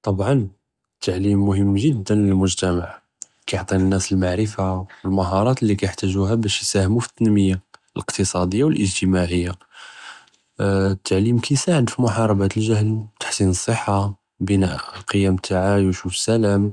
טבעא א־תעלים מהם ג׳דא ל־אלמוג׳תמע, כיעטי א־נאס אלמערפה ו אלמהאראת לי כיחתאגוהא באש יסאמו פי א־תנמיה, אלאקתצאדיה ו אלאג׳תמאעיה, א־תעלים כיסאעד פי מחארבת אלג׳הל תחסין אלצחה בנאא קיאם תעש יש ו סלאם,